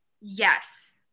Yes